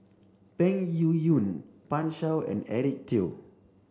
Peng Yuyun Pan Shou and Eric Teo